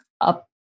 up